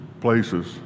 places